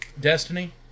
Destiny